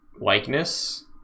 likeness